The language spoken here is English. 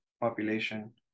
population